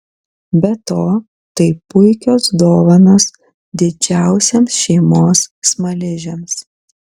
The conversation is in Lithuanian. be to tai puikios dovanos didžiausiems šeimos smaližiams